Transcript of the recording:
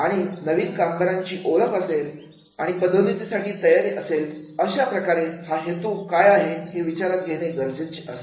आणि नवीन कामगारांची ओळख असेल आणि पदोन्नतीसाठी तयारी असेल अशाप्रकारे हा हेतू काय आहे हे विचारात घेणे गरजेचे असते